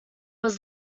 was